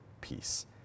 peace